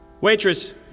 Waitress